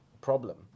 problem